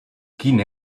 quin